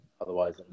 otherwise